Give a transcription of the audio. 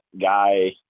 guy